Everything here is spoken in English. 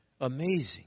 Amazing